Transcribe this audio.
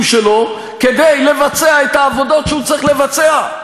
שלו כדי לבצע את העבודות שהוא צריך לבצע,